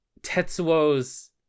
tetsuo's